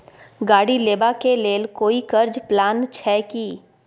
गाड़ी लेबा के लेल कोई कर्ज प्लान छै की?